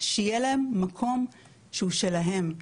שיהיה להם מקום שהוא שלהם.